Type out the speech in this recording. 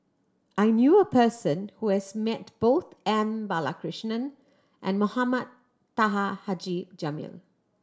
I knew a person who has met both M Balakrishnan and Mohame Taha Haji Jamil